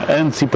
antes